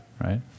right